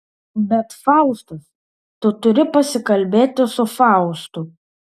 bet faustas tu turi pasikalbėti su faustu